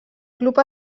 club